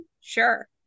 sure